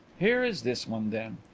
here is this one then.